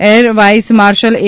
air vice marshal A